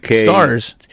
stars